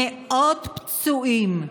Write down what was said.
מאות פצועים,